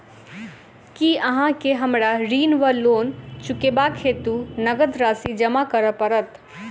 की अहाँ केँ हमरा ऋण वा लोन चुकेबाक हेतु नगद राशि जमा करऽ पड़त?